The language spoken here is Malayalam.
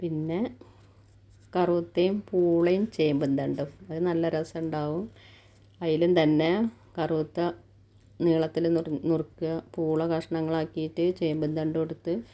പിന്നെ കറുതേം പൂളേം ചേമ്പും തണ്ടും അത് നല്ല രസമുണ്ടാവും അയില്ന്തന്നെ കറുത നീളത്തിൽ നുറു നുറുക്കുക പൂള കഷ്ണങ്ങളാക്കീട്ട് ചേമ്പ് തണ്ടും എടുത്ത്